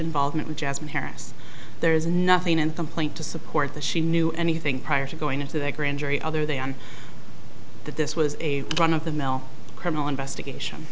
involvement with jasmine harris there's nothing in complaint to support that she knew anything prior to going into the grand jury other than that this was a run of the mill criminal investigation